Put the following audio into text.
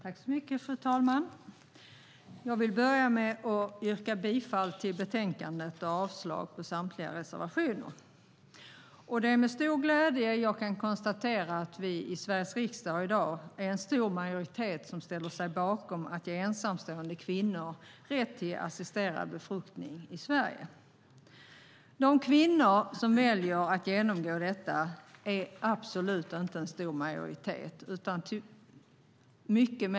Fru talman! Jag vill börja med att yrka bifall till förslaget i betänkandet och avslag på samtliga reservationer. Det är med stor glädje jag konstaterar att det i dag i Sveriges riksdag finns en stor majoritet som ställer sig bakom att ge ensamstående kvinnor rätt till assisterad befruktning i Sverige. De kvinnor som väljer att genomgå assisterad befruktning är absolut inte en stor majoritet.